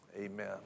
amen